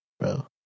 Bro